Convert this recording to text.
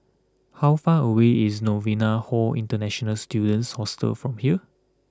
how far away is Novena Hall International Students Hostel from here